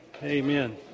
Amen